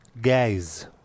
guys